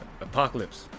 Apocalypse